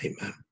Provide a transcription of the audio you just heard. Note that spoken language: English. Amen